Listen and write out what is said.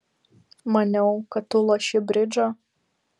maniau kad tu loši bridžą